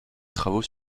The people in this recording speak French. travaux